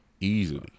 easily